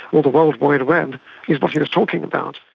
well, the world wide web is what he was talking about.